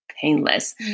painless